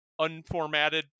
unformatted